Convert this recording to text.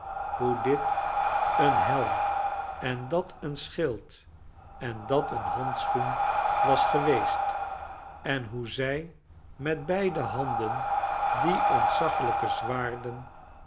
hoe dit een helm en dat een schild en dat eeri handschoen was geweest en hoe zij met beide handen die ontzaglijke zwaarden